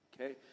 Okay